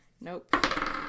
Nope